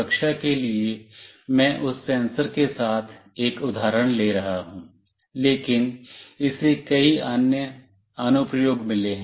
सुरक्षा के लिए मैं उस सेंसर के साथ एक उदाहरण ले रहा हूं लेकिन इसे कई अन्य अनुप्रयोग मिले हैं